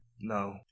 No